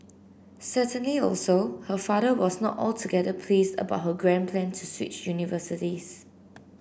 certainly also her father was not altogether pleased about her grand plan to switch universities